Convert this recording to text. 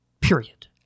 period